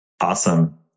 Awesome